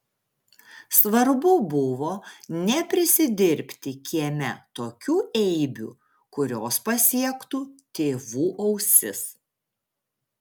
svarbu buvo neprisidirbti kieme tokių eibių kurios pasiektų tėvų ausis